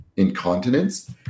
incontinence